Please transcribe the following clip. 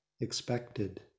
expected